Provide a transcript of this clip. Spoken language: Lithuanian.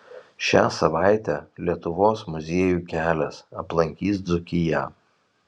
šią savaitę lietuvos muziejų kelias aplankys dzūkiją